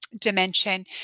dimension